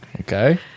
Okay